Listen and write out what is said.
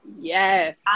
Yes